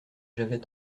j’avais